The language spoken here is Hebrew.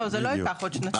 זה לא זה לא ייקח עוד שנתיים,